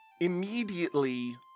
Immediately